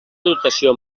dotació